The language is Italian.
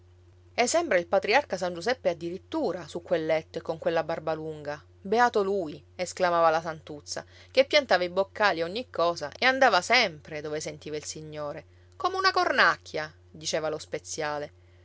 e sembra il patriarca san giuseppe addirittura su quel letto e con quella barba lunga beato lui esclamava la santuzza che piantava i boccali e ogni cosa e andava sempre dove sentiva il signore come una cornacchia diceva lo speziale